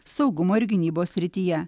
saugumo ir gynybos srityje